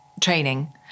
training